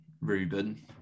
Ruben